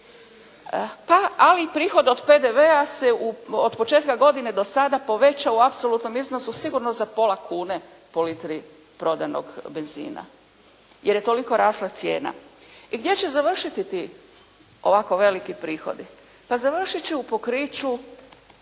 Pa ali prihod od PDV-a se od početka godine do sada povećao u apsolutnom iznosu sigurno za pola kune po litri prodanog benzina jer je toliko rasla cijena. I gdje će završiti ti ovako veliki prihodi? Pa završit će u pokriću